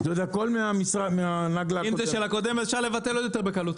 אם זה של הקודם אז אפשר לבטל עוד יותר בקלות.